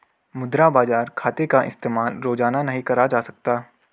मुद्रा बाजार खाते का इस्तेमाल रोज़ाना नहीं करा जा सकता